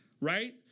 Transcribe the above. right